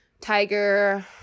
tiger